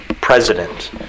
president